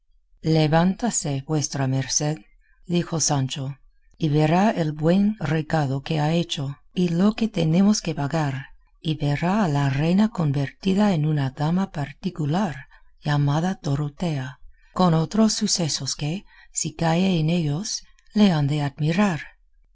levántese vuestra merced dijo sancho y verá el buen recado que ha hecho y lo que tenemos que pagar y verá a la reina convertida en una dama particular llamada dorotea con otros sucesos que si cae en ellos le han de admirar